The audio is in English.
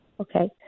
okay